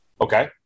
Okay